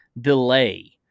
delay